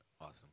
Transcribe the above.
Awesome